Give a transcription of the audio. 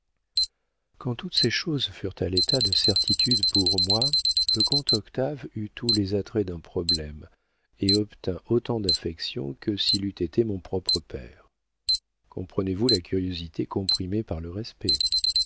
quand toutes ces choses furent à l'état de certitude pour moi le comte octave eut tous les attraits d'un problème et obtint autant d'affection que s'il eût été mon propre père comprenez-vous la curiosité comprimée par le respect